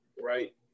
right